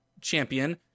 champion